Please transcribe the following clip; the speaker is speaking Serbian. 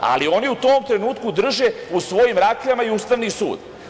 Ali, oni u tom trenutku drže u svojim rakljama i Ustavni sud.